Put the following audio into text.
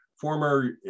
former